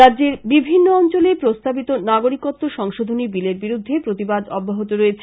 রাজ্যের বিভিন্ন অঞ্চলে প্রস্তাবিত নাগরীকত্ব সংশোধনী বিলের বিরুদ্ধে প্রতিবাদ অব্যহত রয়েছে